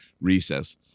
recess